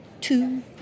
two